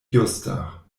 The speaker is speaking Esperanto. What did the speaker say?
justa